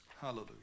Hallelujah